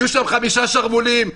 יהיו שם חמישה שרוולים,